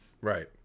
Right